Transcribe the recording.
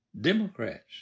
Democrats